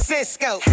Cisco